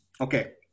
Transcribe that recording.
Okay